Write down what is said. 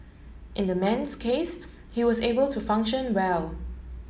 in the man's case he was able to function well